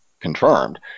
Confirmed